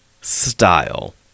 style